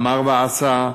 אמר ועשה,